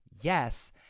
Yes